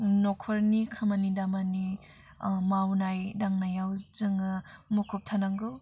नखरनि खामानि दामानि मावनाय दांनायाव जोङो मुखुब थानांगौ